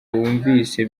wumvise